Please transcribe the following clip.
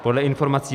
Podle informací